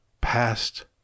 past